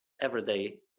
everyday